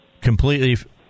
completely